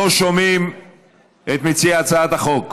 לא שומעים את מציעי הצעות החוק.